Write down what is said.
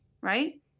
Right